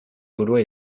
gaulois